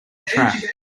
track